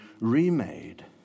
remade